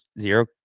zero